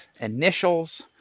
initials